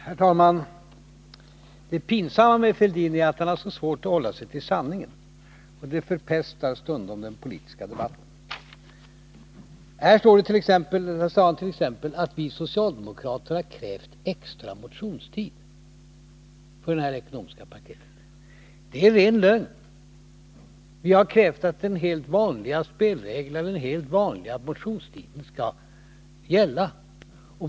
Herr talman! Det pinsamma med Thorbjörn Fälldin är att han har så svårt att hålla sig till sanningen, och det förpestar stundom den politiska debatten. Han sade t.ex. att vi socialdemokrater har krävt extra motionstid för det här ekonomiska paketet. Det är ren lögn. Vi har krävt att den vanliga spelregeln, den vanliga motionstiden, skall gälla.